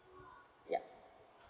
ya